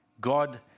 God